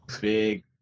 big